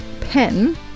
pen